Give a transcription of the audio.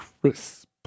Crisp